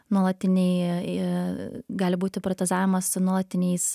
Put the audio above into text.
nuolatiniai i gali būti protezavimas su nuolatiniais